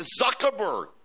Zuckerberg